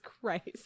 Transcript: Christ